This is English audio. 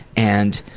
and